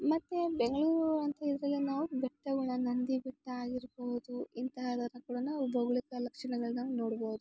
ಮತ್ತು ಬೆಂಗ್ಳೂರು ಅಂತ ಹೇಳಿದರೆ ನಾವು ಬೆಟ್ಟಗಳ್ನ ನಂದಿ ಬೆಟ್ಟ ಆಗಿರ್ಬೋದು ಇಂತಹ ಜಾಗಗಳನ್ನ ನಾವು ಭೌಗೋಳಿಕ ಲಕ್ಷಣಗಳನ್ನ ನೋಡ್ಬೋದು